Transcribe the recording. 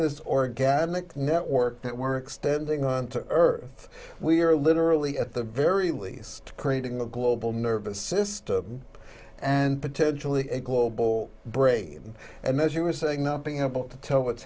this organic network that we're extending on to earth we are literally at the very least creating a global nervous system and potentially a global brain and as you were saying not being able to tell what's